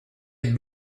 être